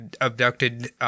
abducted